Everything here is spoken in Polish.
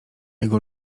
jego